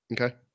Okay